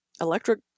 Electric